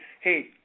hey